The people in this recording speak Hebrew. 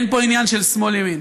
אין פה עניין של שמאל ימין.